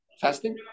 fasting